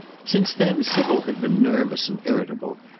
since then sybil had been nervous and irritable,